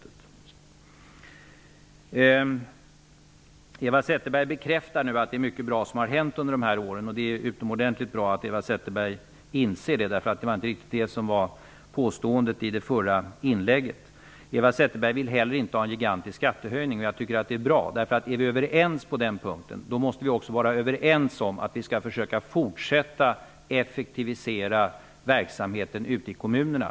Eva Zetterberg bekräftar att mycket bra har hänt under de borgerliga regeringsåren. Det är utomordentligt bra att Eva Zetterberg inser det. Det var inte riktigt det som påstods i det föregående inlägget. Eva Zetterberg vill inte heller ha en gigantisk skattehöjning, och det är bra. Om vi är överens på den punkten, måste vi också vara överens om att vi skall försöka fortsätta effektivisera verksamheten ute i kommunerna.